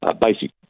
basic